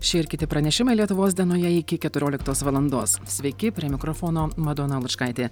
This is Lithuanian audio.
šie ir kiti pranešimai lietuvos dienoje iki keturioliktos valandos sveiki prie mikrofono madona lučkaitė